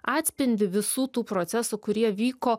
atspindį visų tų procesų kurie vyko